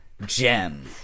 Gem